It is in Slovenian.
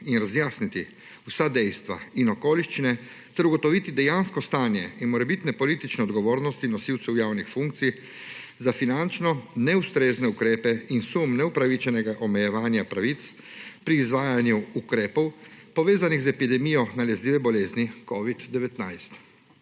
in razjasniti vsa dejstva in okoliščine ter ugotoviti dejansko stanje in morebitne politične odgovornosti nosilcev javnih funkcij za finančno neustrezne ukrepe in sum neupravičenega omejevanja pravic pri izvajanju ukrepov, povezanih z epidemijo nalezljive bolezni covid-19.